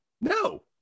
No